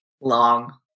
long